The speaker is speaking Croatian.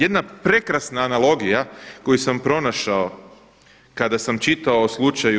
Jedna prekrasna analogija koju sam pronašao kada sam čitao o slučaju